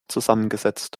zusammengesetzt